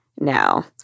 now